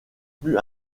plus